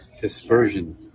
Dispersion